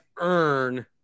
earn